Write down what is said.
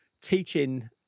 teaching